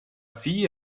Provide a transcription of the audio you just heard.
fille